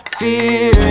fear